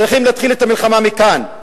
צריך להתחיל את המלחמה מכאן,